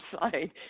side